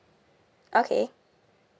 okay